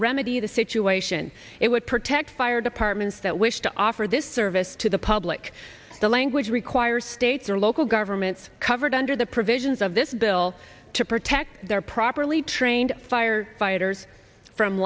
remedy the situation it would protect fire departments that wish to offer this service to the public the language requires states or local governments covered under the provisions of this bill to protect their properly trained firefighters from